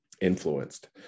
Influenced